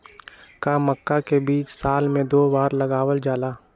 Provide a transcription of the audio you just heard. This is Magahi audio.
का मक्का के बीज साल में दो बार लगावल जला?